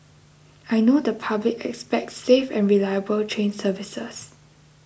I know the public expects safe and reliable train services